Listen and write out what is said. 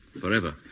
Forever